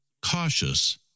cautious